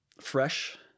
fresh